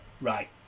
right